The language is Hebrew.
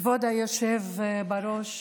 כבוד היושב בראש,